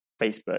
Facebook